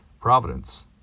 Providence